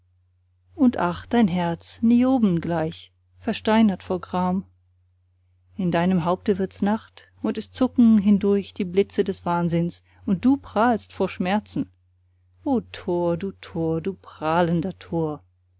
und ach dein herz nioben gleich versteinert vor gram in deinem haupte wirds nacht und es zucken hindurch die blitze des wahnsinns und du prahlst vor schmerzen o tor du tor du prahlender tor